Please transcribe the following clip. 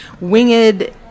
winged